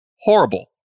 horrible